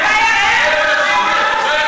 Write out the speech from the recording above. ומה זה?